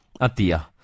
atia